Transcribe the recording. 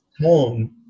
home